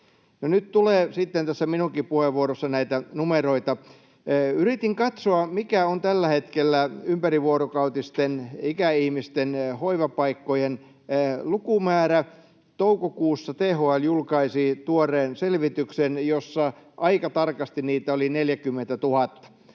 tässä minunkin puheenvuorossani näitä numeroita. Yritin katsoa, mikä on tällä hetkellä ikäihmisten ympärivuorokautisten hoivapaikkojen lukumäärä. Toukokuussa THL julkaisi tuoreen selvityksen, jossa aika tarkasti niitä oli 40 000.